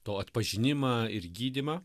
to atpažinimą ir gydymą